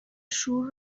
شور